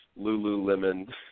Lululemon